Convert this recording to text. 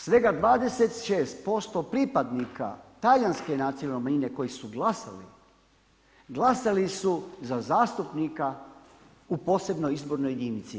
Svega 26% pripadnika talijanske nacionalne manjine koji su glasali, glasali su za zastupnika u posebnoj izbornoj jedinici.